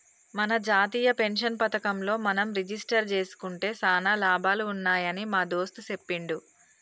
మన జాతీయ పెన్షన్ పథకంలో మనం రిజిస్టరు జేసుకుంటే సానా లాభాలు ఉన్నాయని మా దోస్త్ సెప్పిండు